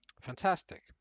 Fantastic